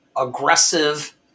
aggressive